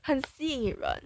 很吸引人